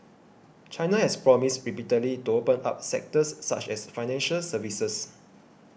China has promised repeatedly to open up sectors such as financial services